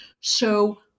So-